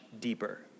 deeper